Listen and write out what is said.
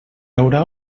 haurà